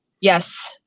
Yes